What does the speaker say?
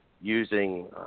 using